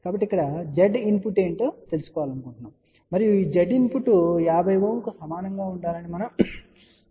కాబట్టి ఇక్కడ Z input ఏమిటో తెలుసుకోవాలనుకుంటున్నాము మరియు ఈ Z ఇన్పుట్ 50 Ω కు సమానంగా ఉండాలని మనం కోరుకుంటున్నాము